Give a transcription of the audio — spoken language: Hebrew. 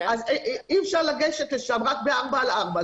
אי אפשר לגשת לשם רק ברכב ארבע על ארבע.